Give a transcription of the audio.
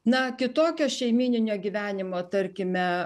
na kitokio šeimyninio gyvenimo tarkime